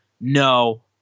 no